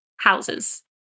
houses